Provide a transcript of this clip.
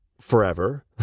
forever